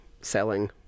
selling